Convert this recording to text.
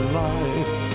life